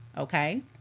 Okay